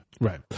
Right